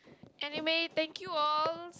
anyway thank you all